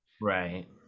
right